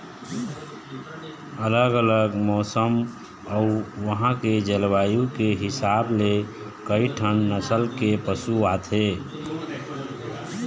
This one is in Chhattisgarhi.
अलग अलग मउसन अउ उहां के जलवायु के हिसाब ले कइठन नसल के पशु आथे